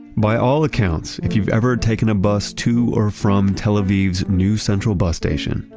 by all accounts. if you've ever taken a bus to or from tel aviv's new central bus station,